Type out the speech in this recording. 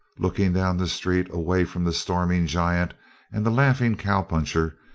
looking down the street away from the storming giant and the laughing cowpuncher,